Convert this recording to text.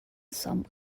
some